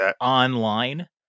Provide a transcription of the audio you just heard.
online